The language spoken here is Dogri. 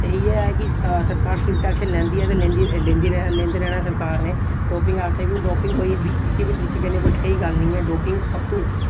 इ'यै कि सरकार स्ट्रिक्ट एक्शन लैंदी ऐ ते लैंदी लैंदी रे लैंदी रेना सरकार ने डोपिंग आस्तै बी डोपिंग कोई बी कुसै बी तरीके कन्नै कोई स्हेई गल्ल नेईं ऐ डोपिंग सबतों